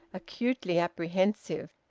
acutely apprehensive,